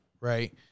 right